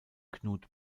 knut